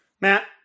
Matt